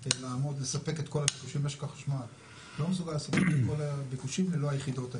לספק את כל הביקושים ללא היחידות האלה.